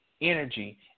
Energy